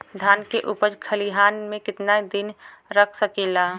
धान के उपज खलिहान मे कितना दिन रख सकि ला?